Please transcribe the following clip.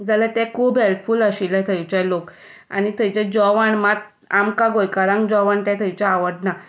जाल्यार ते खूब हॅल्पफूल आशिल्ले थंयचे लोक आनी थंयचें जेवण मात आमकां गोंयकारांक जेवण तें थंयचें आवडना